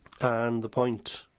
and the point